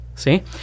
See